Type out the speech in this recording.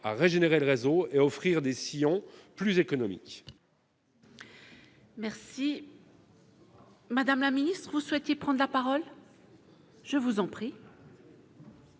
régénérer le réseau et offrir des sillons plus économique.